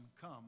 come